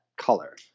color